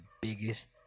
biggest